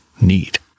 need